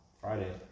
Friday